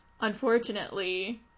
unfortunately